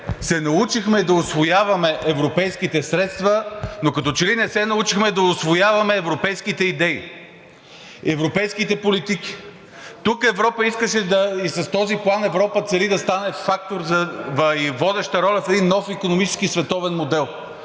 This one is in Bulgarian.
се научихме да усвояваме европейските средства, но като че ли не се научихме да усвояваме европейските идеи, европейските политики. С този план Европа цели да стане фактор и водеща роля в един нов икономически и световен модел,